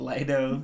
Lido